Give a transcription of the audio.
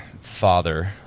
father